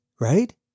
right